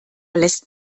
lässt